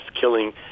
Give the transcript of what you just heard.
killing